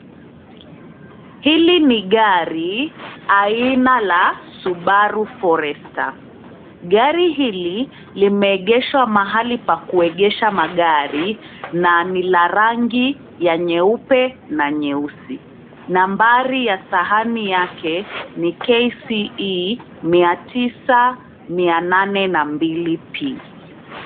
Hili ni gari aina la Subaru Forester. Gari hili limeegeshwa mahali pa kuegesha magari na ni la rangi ya nyeupe na nyeusi. Nambari ya sahani yake ni KCE mia tisini, mia nane na mbili P.